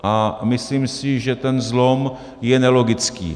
A myslím si, že ten zlom je nelogický.